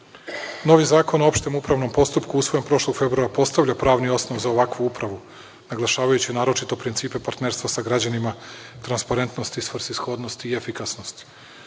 zakon o opštem upravnom postupku, usvojen prošlog februara, postavlja pravni osnov za ovakvu upravu, naglašavajući naročito principe partnerstva sa građanima, transparentnost i svrsishodnost i efikasnost.